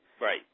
right